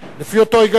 לפי אותו היגיון.